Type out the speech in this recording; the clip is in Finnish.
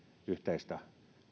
yhteistä